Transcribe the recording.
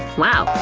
wow,